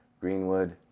Greenwood